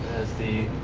as the